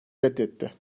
reddetti